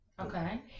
Okay